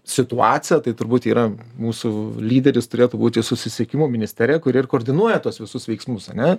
situaciją tai turbūt yra mūsų lyderis turėtų būti susisiekimo ministerija kuri ir koordinuoja tuos visus veiksmus ane